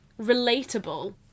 relatable